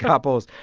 couples.